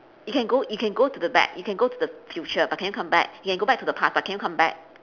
you can go you can go to the back you can go to the future but can you come back you can go back to the past but can you come back